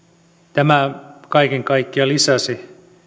tämä kaiken kaikkiaan lisäsi